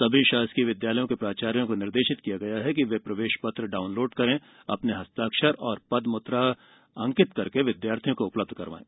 सभी शासकीय विद्यालयों के प्राचार्य को निर्देशित किया गया है कि प्रवेश पत्र डाउनलोड कर अपने हस्ताक्षर व पद मुद्रा अंकित कर विद्यार्थियों को उपलब्ध कराएँ